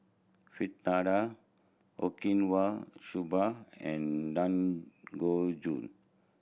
Fritada Okinawa Soba and Dangojiru